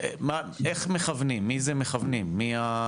איך מכוונים, מי זה מכוונים, מי?